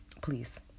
please